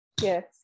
Yes